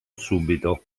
subito